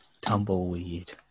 Tumbleweed